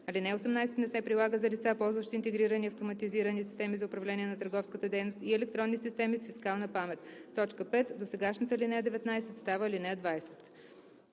Алинея 18 не се прилага за лица, ползващи интегрирани автоматизирани системи за управление на търговската дейност и електронни системи с фискална памет.“ 5. Досегашната ал. 19 става ал. 20.“